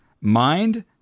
mind